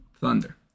Thunder